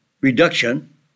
reduction